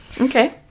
Okay